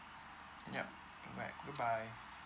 yup alright goodbye